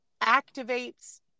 activates